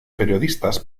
periodistas